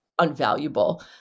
unvaluable